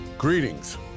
Greetings